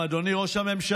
אדוני ראש הממשלה,